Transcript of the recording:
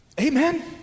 Amen